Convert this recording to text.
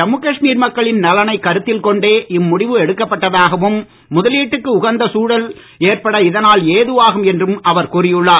ஜம்மு காஷ்மீர் மக்களின் நலனை கருத்தில் கொண்டே இம்முடிவு எடுக்கப்பட்டதாகவும் முதலீட்டுக்கு உகந்த சூழல் ஏற்பட இதனால் ஏதுவாகும் என்றும் அவர் கூறியுள்ளார்